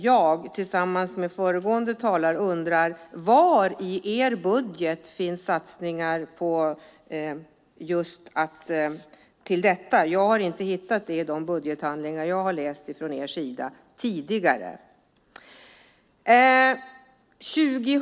Jag, tillsammans med föregående talare, undrar: Var i er budget finns satsningar på just detta? Jag har inte hittat det i de budgethandlingar som jag har läst från er tidigare.